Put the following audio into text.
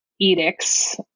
edicts